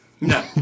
No